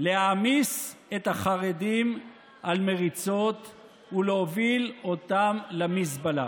להעמיס את החרדים על מריצות ולהוביל אותם למזבלה.